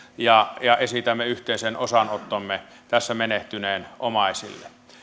ja ja esitämme yhteisen osanottomme tässä menehtyneen omaisille